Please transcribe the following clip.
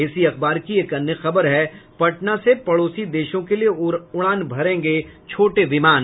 इसी अखबार की एक अन्य खबर है पटना से पड़ोसी देशों के लिए उड़ान भरेंगे छोटे विमान